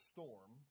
Storm